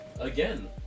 Again